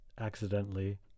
accidentally